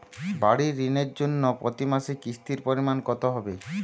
বাড়ীর ঋণের জন্য প্রতি মাসের কিস্তির পরিমাণ কত হবে?